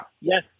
Yes